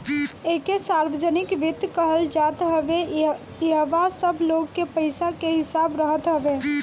एके सार्वजनिक वित्त कहल जात हवे इहवा सब लोग के पईसा के हिसाब रहत हवे